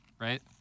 right